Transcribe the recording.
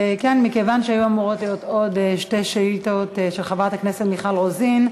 היו אמורות להיות עוד שתי שאילתות של חברת הכנסת מיכל רוזין,